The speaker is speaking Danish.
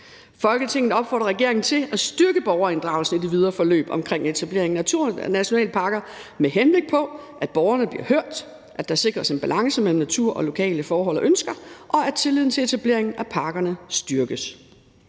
Folketinget opfordrer regeringen til at styrke borgerinddragelsen i det videre forløb med etableringen af naturnationalparker, med henblik på at borgerne bliver hørt, at der sikres en balance mellem natur og lokale forhold og ønsker, og at tilliden til etableringen af parkerne styrkes.«